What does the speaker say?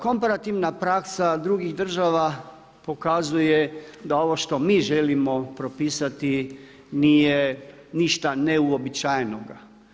Komparativna praksa drugih država pokazuje da ovo što mi želimo propisati nije ništa neuobičajenoga.